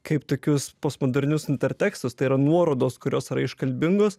kaip tokius postmodernius intertekstus tai yra nuorodos kurios yra iškalbingos